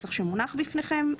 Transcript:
בנוסח שמונח בפניכם,